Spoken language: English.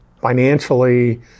financially